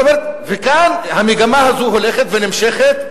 כאן המגמה הזאת הולכת ונמשכת,